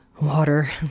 water